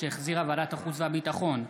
שהחזירה ועדת החוץ והביטחון.